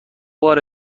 بار